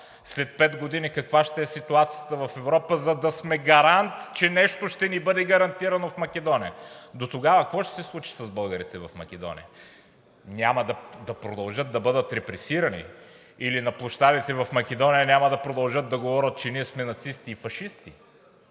След пет години каква ще е ситуацията в Европа, за да сме гарант, че нещо ще ни бъде гарантирано в Македония? Дотогава какво ще се случи с българите в Македония? Няма да продължат да бъдат репресирани, или на площадите в Македония няма да продължат да говорят, че ние сме нацисти и фашисти?